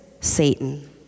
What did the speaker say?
Satan